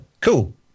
Cool